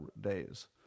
days